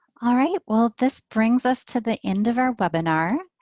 all right well this brings us to the end of our webinar.